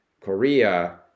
Korea